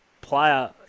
player